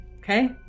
Okay